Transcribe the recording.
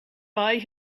buy